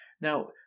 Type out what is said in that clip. Now